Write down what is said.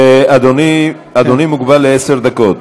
אדוני מוגבל לעשר דקות.